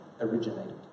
originated